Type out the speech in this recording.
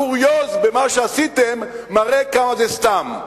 הקוריוז במה שעשיתם מראה כמה זה סתם.